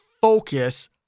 focus